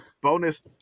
bonus